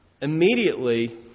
Immediately